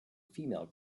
female